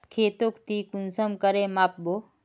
खेतोक ती कुंसम करे माप बो?